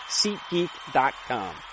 SeatGeek.com